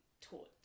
taught